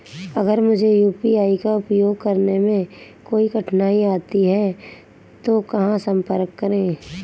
अगर मुझे यू.पी.आई का उपयोग करने में कोई कठिनाई आती है तो कहां संपर्क करें?